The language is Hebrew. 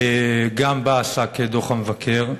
וגם בה עסק דוח המבקר: